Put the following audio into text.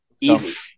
easy